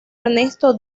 ernesto